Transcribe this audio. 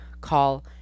call